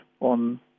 on